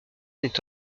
est